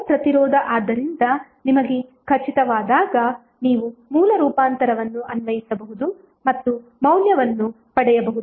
ohm ಪ್ರತಿರೋಧ ಆದ್ದರಿಂದ ನಿಮಗೆ ಖಚಿತವಾದಾಗ ನೀವು ಮೂಲ ರೂಪಾಂತರವನ್ನು ಅನ್ವಯಿಸಬಹುದು ಮತ್ತು ಮೌಲ್ಯವನ್ನು ಪಡೆಯಬಹುದು